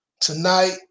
Tonight